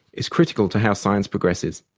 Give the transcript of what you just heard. is critical to how science progresses.